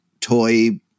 toy